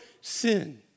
sin